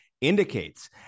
indicates